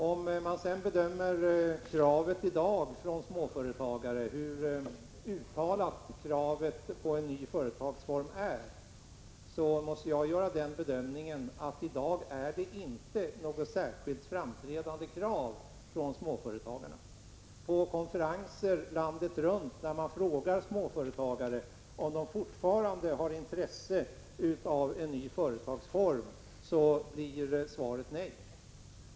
Om man sedan gör en bedömning av hur uttalat kravet från småföretagarna på en ny företagsform är, så måste jag säga att det just nu inte föreligger något särskilt framträdande krav härvidlag från dessa företagare. När man på konferenser landet runt frågar småföretagare om de fortfarande har intresse av en ny företagsform blir svaret nej.